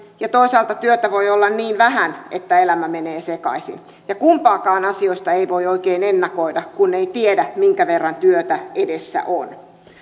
ja toisaalta työtä voi olla niin vähän että elämä menee sekaisin ja kumpaakaan asioista ei voi oikein ennakoida kun ei tiedä minkä verran työtä edessä on